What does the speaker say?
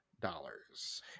dollars